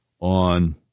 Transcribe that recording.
on